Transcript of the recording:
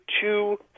two